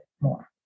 more